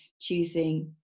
choosing